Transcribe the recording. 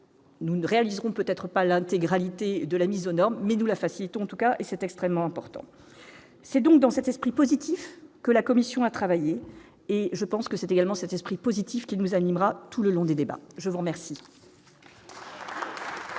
Nous ne réaliserons peut-être pas l'intégralité de la mise aux normes, mais d'où la facilitons tous cas et c'est extrêmement important, c'est donc dans cet esprit positif que la commission a travaillé et je pense que c'est également cet esprit positif qui nous animera tout le long des débats, je vous remercie.